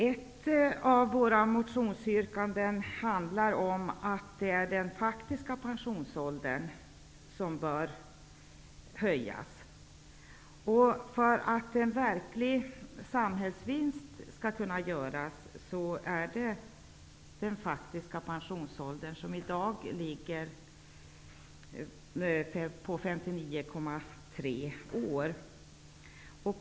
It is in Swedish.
Ett av våra motionsyrkanden handlar om att det är den faktiska pensionsåldern som bör höjas. För att en verklig samhällsvinst skall kunna göras är det den faktiska pensionsåldern, som i dag ligger på 59,3 år, som måste höjas.